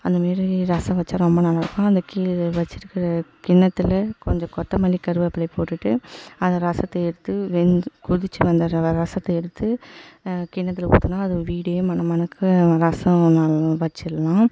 அந்தமாரி ரசம் வைச்சா ரொம்ப நல்லா இருக்கும் அந்த கீழே வைச்சிருக்குற கிண்ணத்தில் கொஞ்சம் கொத்தமல்லி கருவேப்பிலையை போட்டுவிட்டு அதை ரசத்தை எடுத்து வெந்து கொதித்து வந்த ரவை ரசத்தை எடுத்து கிண்ணத்தில் ஊற்றினா அது வீடே மண மணக்க ரசம் ஒன்று வைச்சிர்லாம்